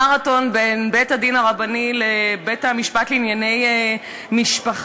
מרתון בין בית-הדין הרבני לבית-המשפט לענייני משפחה.